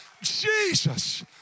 Jesus